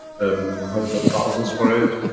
um hundreds of thousand for it.